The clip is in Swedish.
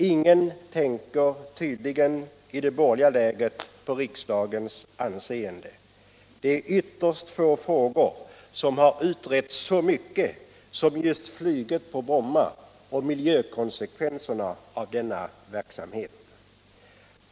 Ingen tänker tydligen i det borgerliga lägret på riksdagens anseende. Det är ytterst få frågor som har utretts så mycket som just flyget på Bromma och miljökonsekvenserna av denna verksamhet.